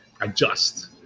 adjust